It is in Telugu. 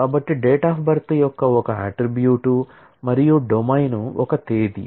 కాబట్టి D o B ఒక అట్ట్రిబ్యూట్ మరియు డొమైన్ ఒక తేదీ